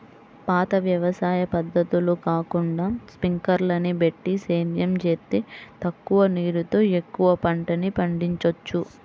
పాత వ్యవసాయ పద్ధతులు కాకుండా స్పింకర్లని బెట్టి సేద్యం జేత్తే తక్కువ నీరుతో ఎక్కువ పంటని పండిచ్చొచ్చు